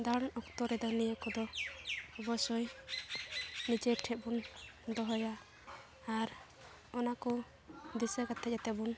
ᱫᱟᱬᱟᱱ ᱚᱠᱛᱚ ᱨᱮᱫᱚ ᱱᱤᱭᱟᱹ ᱠᱚᱫᱚ ᱚᱵᱚᱥᱥᱳᱭ ᱱᱤᱡᱮᱨ ᱴᱷᱮᱡ ᱵᱚᱱ ᱫᱚᱦᱚᱭᱟ ᱟᱨ ᱚᱱᱟ ᱠᱚ ᱫᱤᱥᱟᱹ ᱠᱟᱛᱮᱫ ᱡᱟᱛᱮ ᱵᱚᱱ